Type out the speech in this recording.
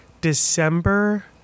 December